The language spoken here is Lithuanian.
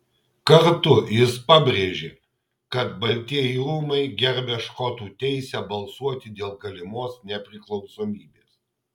kartu jis pabrėžė kad baltieji rūmai gerbia škotų teisę balsuoti dėl galimos nepriklausomybės